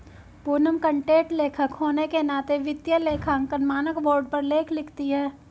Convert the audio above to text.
Poonam content लेखक होने के नाते वित्तीय लेखांकन मानक बोर्ड पर लेख लिखती है